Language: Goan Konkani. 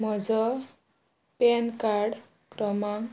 म्हजो पॅन कार्ड क्रमांक